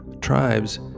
tribes